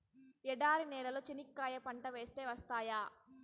ఎడారి నేలలో చెనక్కాయ పంట వేస్తే వస్తాయా?